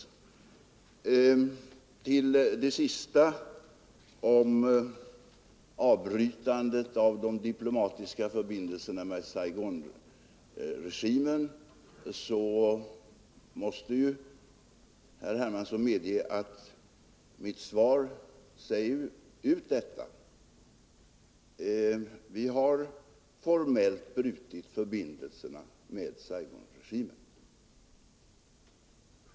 Vad beträffar den sista frågan, om avbrytande av de diplomatiska förbindelserna med Saigonregimen, måste ju herr Hermansson medge, att mitt svar säger ut att vi formellt har brutit förbindelserna med Saigonregimen.